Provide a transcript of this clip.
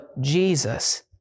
Jesus